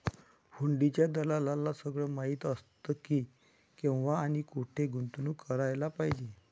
हुंडीच्या दलालाला सगळं माहीत असतं की, केव्हा आणि कुठे गुंतवणूक करायला पाहिजे